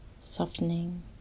Softening